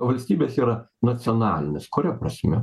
valstybės yra nacionalinės kuria prasme